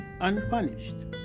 unpunished